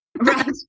right